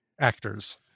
actors